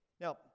Now